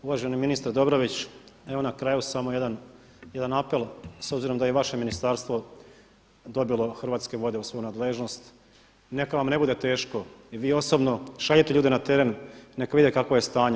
Uvaženi ministre Dobrović, evo na kraju samo jedan apel s obzirom da i vaše ministarstvo dobilo Hrvatske vode u svoju nadležnost i neka vam ne bude teško i vi osobno šaljite ljude na teren, neka vide kakvo je stanje.